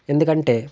ఎందుకంటే